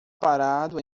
parado